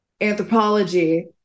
anthropology